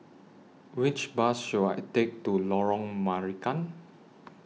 Which Bus should I Take to Lorong Marican